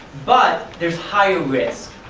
but there is higher risk,